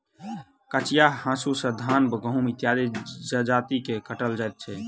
कचिया हाँसू सॅ धान, गहुम इत्यादि जजति के काटल जाइत छै